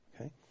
Okay